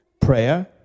prayer